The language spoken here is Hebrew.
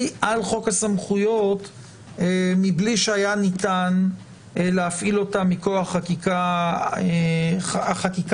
על חוק הסמכויות מבלי שהיה ניתן להפעיל אותם מכוח החקיקה הקיימת,